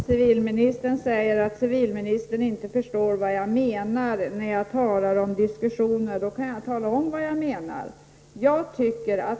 Herr talman! Civilministern säger att han inte förstår vad jag menar när jag talar om diskussioner. Då kan jag tala om vad jag menar.